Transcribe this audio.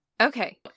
Okay